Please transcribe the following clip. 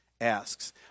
asks